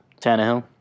Tannehill